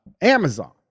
Amazon